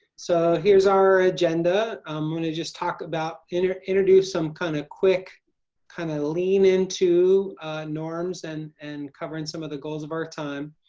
so here's our agenda. i'm going to just talk about and introduce some kind of quick kind of lean into norms and and covering some of the goals of our time.